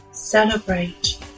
celebrate